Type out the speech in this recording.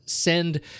Send